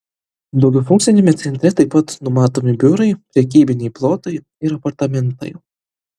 daugiafunkciame centre taip pat numatomi biurai prekybiniai plotai ir apartamentai